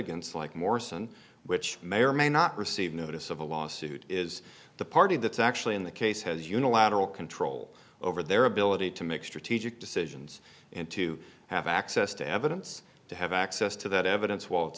litigants like morson which may or may not receive notice of a lawsuit is the party that's actually in the case has unilateral control over their ability to make strategic decisions and to have access to evidence to have access to that evidence while it's